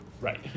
Right